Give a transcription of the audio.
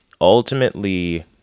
ultimately